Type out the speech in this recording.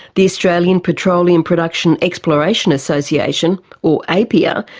the australian petroleum production exploration association, or appea, ah